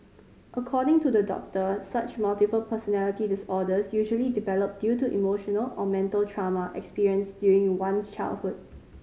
according to the doctor such multiple personality disorders usually develop due to emotional or mental trauma experienced during one's childhood